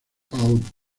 out